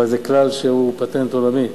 אבל זה כלל שהוא פטנט עולמי.